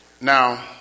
Now